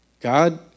God